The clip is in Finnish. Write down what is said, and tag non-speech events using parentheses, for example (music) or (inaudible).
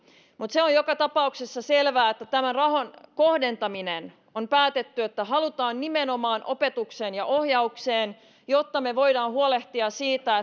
mutta se on joka tapauksessa selvää että tämän rahan kohdentaminen on päätetty että halutaan kohdentaa nimenomaan opetukseen ja ohjaukseen jotta me voimme huolehtia siitä (unintelligible)